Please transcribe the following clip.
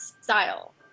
style